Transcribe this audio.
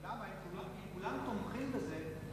למה, אם כולם תומכים בזה,